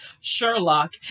Sherlock